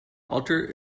alter